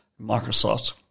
Microsoft